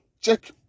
check